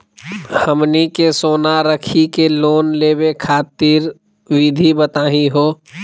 हमनी के सोना रखी के लोन लेवे खातीर विधि बताही हो?